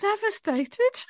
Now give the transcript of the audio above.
devastated